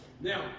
Now